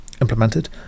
implemented